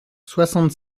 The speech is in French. soixante